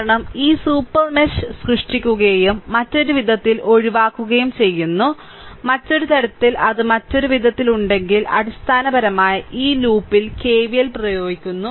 കാരണം ഈ super mesh സൃഷ്ടിക്കുകയും മറ്റൊരു വിധത്തിൽ ഒഴിവാക്കുകയും ചെയ്യുന്നു മറ്റൊരു തരത്തിൽ അത് മറ്റൊരു വിധത്തിൽ ഉണ്ടെങ്കിൽ അടിസ്ഥാനപരമായി ഈ ലൂപ്പിൽ കെവിഎൽ പ്രയോഗിക്കുന്നു